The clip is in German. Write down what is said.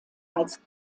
als